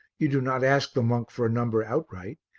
you do not ask the monk for a number outright,